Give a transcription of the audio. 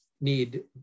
need